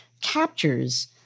captures